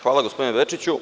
Hvala, gospodine Bečiću.